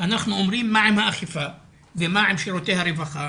אנחנו אומרים מה עם האכיפה ומה עם שירותי הרווחה